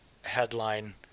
headline